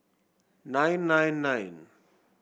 nine nine nine